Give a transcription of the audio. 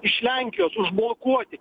iš lenkijos užblokuoti